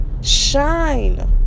Shine